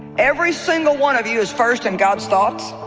every single one of you is first in god's thoughts